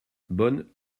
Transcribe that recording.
bonne